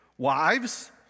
Wives